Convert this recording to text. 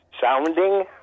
Sounding